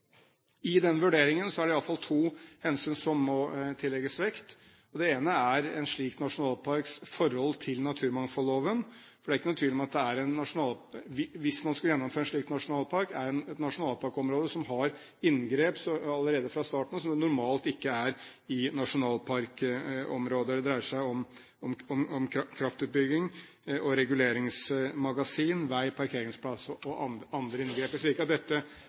I den vurderingen er det i alle fall to hensyn som må tillegges vekt. Det ene er en slik nasjonalparks forhold til naturmangfoldloven. Det er ikke noen tvil om at hvis man skulle gjennomføre en slik nasjonalpark, er det et nasjonalparkområde som har inngrep allerede fra starten av, noe som det normalt ikke er i nasjonalparkområder. Det dreier seg om kraftutbygging, reguleringsmagasin, veier, parkeringsplasser og andre inngrep. Jeg sier ikke at dette hindrer en slik